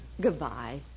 Goodbye